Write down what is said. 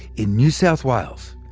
in new south wales,